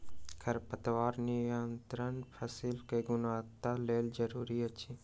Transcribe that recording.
खरपतवार नियंत्रण फसील के गुणवत्ताक लेल जरूरी अछि